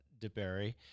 DeBerry